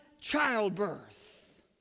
childbirth